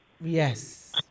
Yes